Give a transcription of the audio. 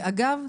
ואגב,